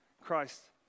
Christ